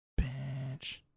bitch